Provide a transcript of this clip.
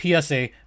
PSA